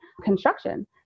construction